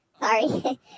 Sorry